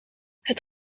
het